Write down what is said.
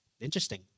Interesting